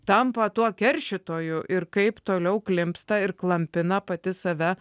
tampa tuo keršytojų ir kaip toliau klimpsta ir klampina pati save